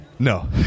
No